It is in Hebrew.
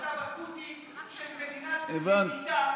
אבל יש לך מצב אקוטי של מדינה ידידה,